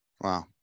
Wow